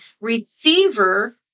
receiver